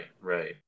right